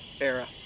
era